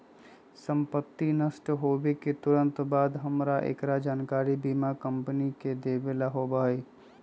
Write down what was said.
संपत्ति नष्ट होवे के तुरंत बाद हमरा एकरा जानकारी बीमा कंपनी के देवे ला होबा हई